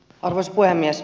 arvoisa puhemies